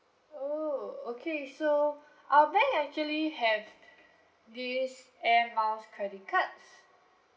oh okay so our bank actually have this air miles credit cards